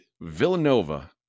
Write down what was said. Villanova